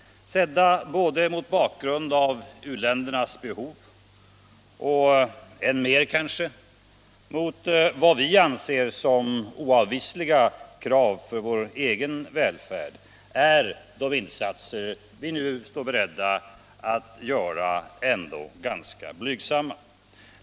Sedda både mot bakgrund av u-ländernas behov och vad vi anser som oavvisliga krav för vår egen välfärd är de insatser vi nu står beredda att göra trots allt blygsamma.